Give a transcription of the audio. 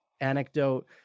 anecdote